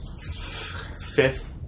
fifth